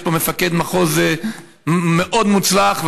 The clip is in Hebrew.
יש פה מפקד מחוז מאוד מוצלח,